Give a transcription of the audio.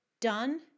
done